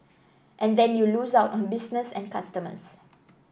and then you lose out on business and customers